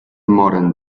moren